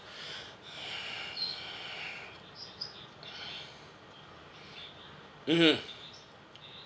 mmhmm